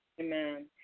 Amen